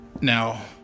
Now